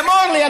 אמור לי,